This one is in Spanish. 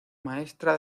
maestra